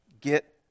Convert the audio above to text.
Get